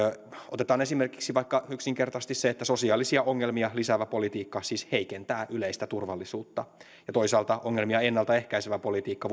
otetaan esimerkiksi vaikka yksinkertaisesti se että sosiaalisia ongelmia lisäävä politiikka siis heikentää yleistä turvallisuutta ja toisaalta ongelmia ennalta ehkäisevä politiikka